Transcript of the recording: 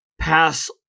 pass